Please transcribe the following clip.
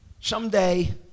someday